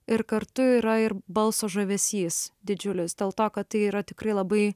ir kartu yra ir balso žavesys didžiulis dėl to kad tai yra tikrai labai